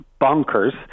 bonkers